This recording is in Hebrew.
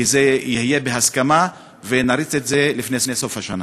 כי זה יהיה בהסכמה ונריץ את זה לפני סוף השנה.